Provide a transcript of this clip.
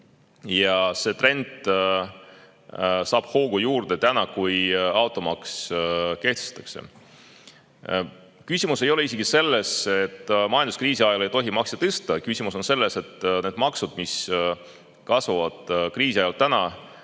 Ja see trend saab hoogu juurde täna, kui automaks kehtestatakse. Küsimus ei ole isegi selles, et majanduskriisi ajal ei tohi makse tõsta. Küsimus on selles, et need maksud, mis praegu, kriisi ajal